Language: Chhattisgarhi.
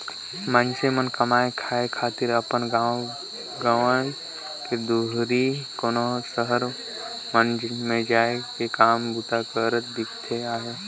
मइनसे मन कमाए खाए खातिर अपन गाँव गंवई ले दुरिहां कोनो सहर मन में जाए के काम बूता करत दिखत अहें